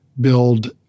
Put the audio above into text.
build